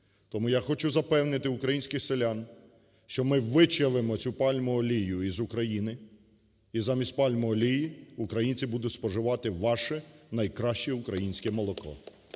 Тому я хочу запевнити українських селян, що ми вичавимо цю пальмову олію із України, і замість пальмової олії українці будуть споживати ваше найкраще українське молоко.